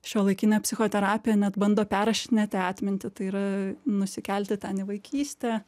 šiuolaikinė psichoterapija net bando perrašinėti atmintį tai yra nusikelti ten į vaikystę